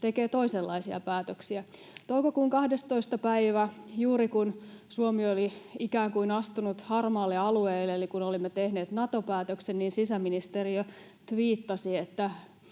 tekee toisenlaisia päätöksiä. Toukokuun 12. päivä juuri, kun Suomi oli ikään kuin astunut harmaalle alueelle, eli kun olemme tehneet Nato-päätöksen, niin sisäministeriö tviittasi, että